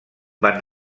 van